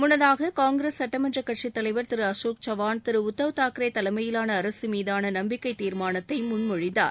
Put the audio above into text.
முன்னதாக காங்கிரஸ் சட்டமன்றக் கட்சித் தலைவர் திரு அசோக் சவான் திரு உத்தவ் தாக்கரே தலைமையிலான அரசு மீதான நம்பிக்கை தீர்மானத்தை முன்மொழிந்தார்